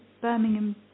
Birmingham